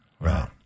Wow